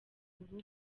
rugo